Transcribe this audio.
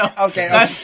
okay